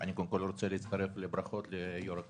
אני קודם כל רוצה להצטרף לברכות ליושב-ראש הכנסת,